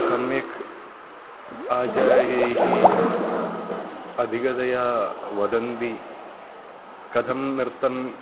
सम्यक् आचार्याः अधिगतया वदन्ति कथं नृत्तं